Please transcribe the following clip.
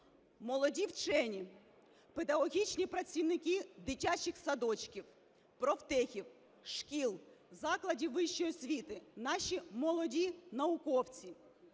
Молоді вчені, педагогічні працівники дитячих садочків, профтехів, шкіл, закладів вищої освіти, наші молоді науковці